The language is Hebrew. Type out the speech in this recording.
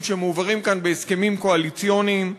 שמועברים כאן בהסכמים קואליציוניים.